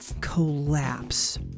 collapse